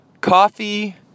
coffee